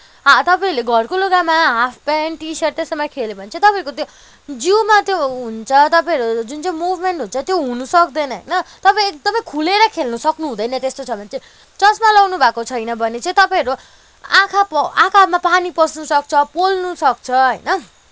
तपाईँहरूले घरको लुगामा हाफपेन्ट टि सर्ट त्यो सबमा खेल्यो भने चाहिँ तपाईँहरूको त्यो जिउमा त्यो उ हुन्छ तपाईँहरूको जुन चाहिँ मुभमेन्ट हुन्छ त्यो हुन सक्दैन होइन तपाईँ एकदमै खुलेर खेल्न सक्नुहुँदैन त्यस्तो छ भने चाहिँ चस्मा लगाउनु भएको छैन भने चाहिँ तपाईँहरू आँखा आँखामा पानी पस्न सक्छ पोल्न सक्छ होइन